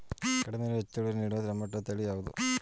ಕಡಿಮೆ ನೀರಿನಲ್ಲಿ ಹೆಚ್ಚು ಇಳುವರಿ ನೀಡುವ ಟೊಮ್ಯಾಟೋ ತಳಿ ಯಾವುದು?